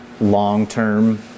long-term